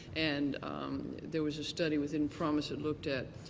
and there was a study within promis that looked at